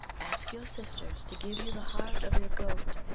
ask your sisters to give you the heart of your goat.